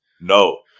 no